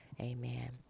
Amen